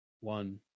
one